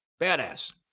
badass